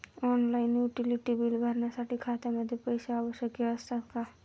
Online utility बिले भरण्यासाठी खात्यामध्ये पैसे आवश्यक असतात का?